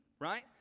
right